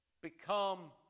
Become